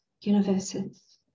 universes